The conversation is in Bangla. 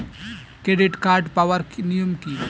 ক্রেডিট কার্ড পাওয়ার নিয়ম কী?